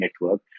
network